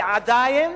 ועדיין